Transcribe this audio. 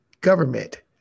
government